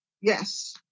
Yes